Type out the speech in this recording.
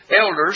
elders